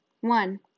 One